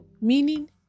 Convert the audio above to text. Meaning